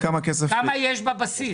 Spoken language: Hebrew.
כמה כסף יש בבסיס?